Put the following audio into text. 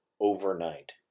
overnight